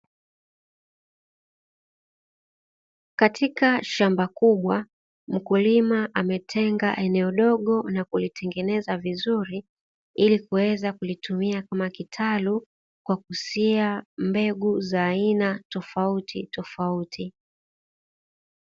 Katika shamba kubwa, mkulima ametenga eneo dogo na kulitengeneza vizuri ili kuweza kulitumia kama kitalu kwa kusia mbegu za aina tofautitofauti.